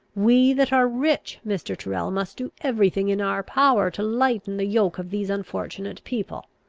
we that are rich, mr. tyrrel, must do every thing in our power to lighten the yoke of these unfortunate people.